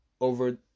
over